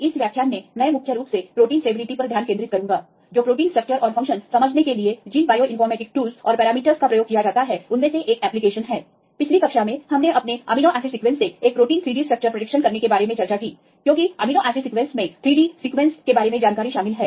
इस व्याख्यान में मैं मुख्य रूप से प्रोटीन स्टेबिलिटी पर ध्यान केंद्रित करूँगा जो प्रोटीन स्ट्रक्चर और फंक्शन समझने के लिए जिन बायोइनफॉर्मेटिक्स टूल्स और पैरामीटरस का प्रयोग किया जाता है उनमें से एक एप्लीकेशन है पिछली कक्षा में हमने अपने अमीनो एसिड सीक्वेंस से एक प्रोटीन की 3D स्ट्रक्चर की भविष्यवाणी करने के बारे में चर्चा की क्योंकि अमीनो एसिड सीक्वेंस में 3D सीक्वेंसके बारे में जानकारी शामिल है